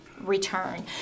return